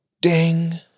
Ding